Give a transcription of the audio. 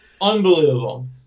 unbelievable